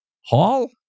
hall